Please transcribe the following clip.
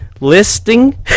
listing